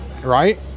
right